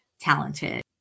talented